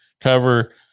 cover